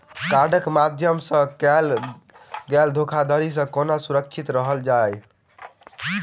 कार्डक माध्यम सँ कैल गेल धोखाधड़ी सँ केना सुरक्षित रहल जाए?